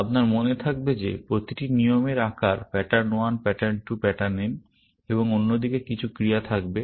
আপনার মনে থাকবে যে প্রতিটি নিয়মের আকার প্যাটার্ন 1 প্যাটার্ন 2 প্যাটার্ন n এবং অন্য দিকে কিছু ক্রিয়া থাকবে